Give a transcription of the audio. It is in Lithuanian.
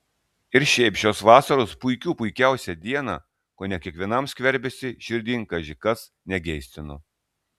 ir šiaip šios vasaros puikių puikiausią dieną kone kiekvienam skverbėsi širdin kaži kas negeistino